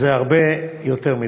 זה הרבה יותר מדי.